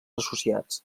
associats